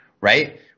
Right